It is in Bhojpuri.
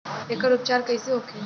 एकर उपचार कईसे होखे?